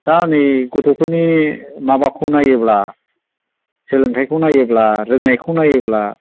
दा हनै गथ'फोरनि माबाखौ नायोब्ला सोलोंथाइखौ नायोब्ला रोंनायखौ नायोब्ला